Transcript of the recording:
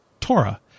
Torah